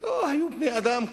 לא היו בני אדם כאן,